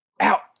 out